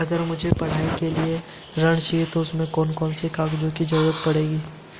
अगर मुझे पढ़ाई के लिए ऋण चाहिए तो उसमें कौन कौन से कागजों की जरूरत पड़ेगी?